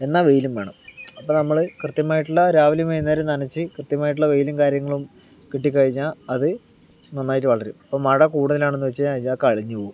എന്നാൽ വെയിലും വേണം അപ്പോൾ നമ്മള് കൃത്യമായിട്ട് ഉള്ള രാവിലെയും വൈകുന്നേരവും നനച്ച് കൃത്യമായിട്ടുള്ള വെയിലും കാര്യങ്ങളും കിട്ടിക്കഴിഞ്ഞാൽ അത് നന്നായിട്ട് വളരും ഇപ്പോൾ മഴ കൂടുതലാണെന്നെച്ചാൽ എല്ലാം കഴിഞ്ഞുപോകും